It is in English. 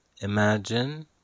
Imagine